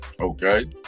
Okay